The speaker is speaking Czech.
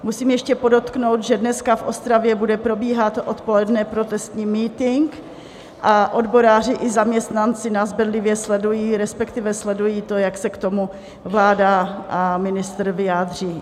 Musím ještě podotknout, že dnes v Ostravě bude probíhat odpoledne protestní mítink a odboráři i zaměstnanci nás bedlivě sledují, respektive sledují to, jak se k tomu vláda a ministr vyjádří.